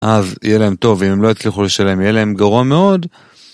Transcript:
אז יהיה להם טוב, ואם הם לא יצליחו לשלם, יהיה להם גרוע מאוד.